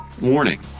Warning